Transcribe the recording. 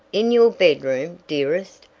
in your bedroom, dearest?